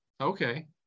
Okay